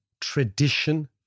tradition